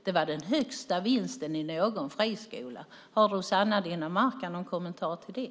Det var den högsta vinsten i någon friskola. Har Rossana Dinamarca någon kommentar till det?